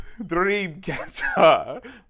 Dreamcatcher